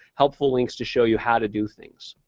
helpful links to show you how to do things.